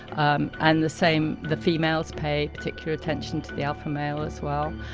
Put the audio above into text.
um and the same, the females pay particular attention to the alpha male as well,